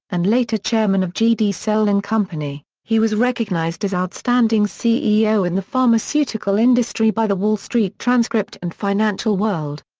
and later chairman of g. d. searle and company, he was recognized as outstanding ceo in the pharmaceutical industry by the wall street transcript and financial world.